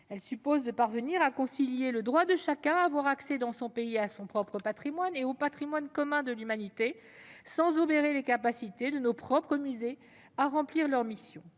Elle suppose de parvenir à concilier le droit de chacun à avoir accès, dans son pays, à son propre patrimoine et au patrimoine commun de l'humanité, sans obérer les capacités de nos propres musées à remplir leurs missions.